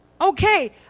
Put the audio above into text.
Okay